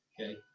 okay